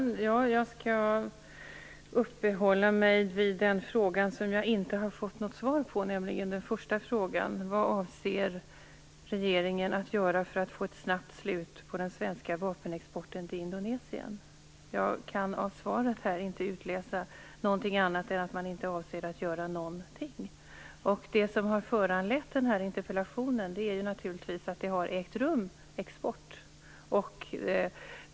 Fru talman! Jag skall uppehålla mig vid den fråga som jag inte har fått något svar på, nämligen den första frågan: Vad avser regeringen att göra för att få ett snabbt slut på den svenska vapenexporten till Indonesien? Jag kan av svaret inte utläsa något annat än att man inte avser att göra någonting. Det som har föranlett den här interpellationen är naturligtvis att export har ägt rum.